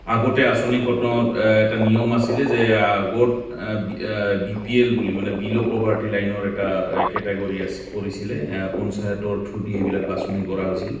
আগতে আঁচনিখনত এটা নিয়ম আছিলে যে আগত বি পি এল বুলি মানে বিল' পভাৰ্টি লাইনৰ এটা কেটাগৰী কৰিছিলে পঞ্চায়তৰ থ্ৰুদি এইবিলাক বাছনি কৰা হৈছিল